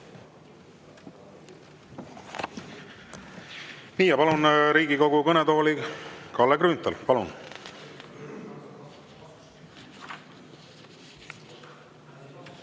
Ma palun Riigikogu kõnetooli Kalle Grünthali. Palun!